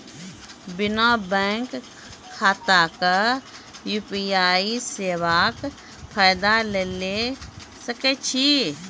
बिना बैंक खाताक यु.पी.आई सेवाक फायदा ले सकै छी?